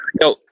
Yo